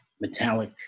metallic